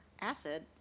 Acid